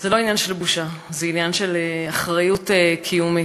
רוצים אותם, לא סומכים